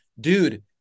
dude